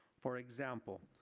for example,